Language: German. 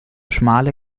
schmale